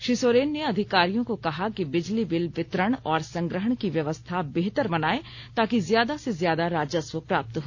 श्री सोरेन ने अधिकारियों को कहा कि बिजली बिल वितरण और संग्रहण की व्यवस्था बेहतर बनाएं ताकि ज्यादा से ज्यादा राजस्व प्राप्त हो